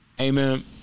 Amen